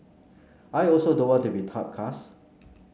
I also don't want to be typecast